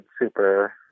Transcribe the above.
super